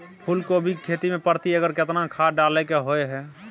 फूलकोबी की खेती मे प्रति एकर केतना खाद डालय के होय हय?